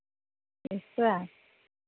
पैसा